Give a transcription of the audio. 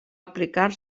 aplicar